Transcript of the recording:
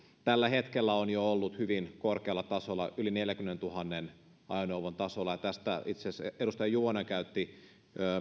tällä hetkellä ollut hyvin korkealla tasolla yli neljänkymmenentuhannen ajoneuvon tasolla tästä itse asiassa edustaja juvonen käytti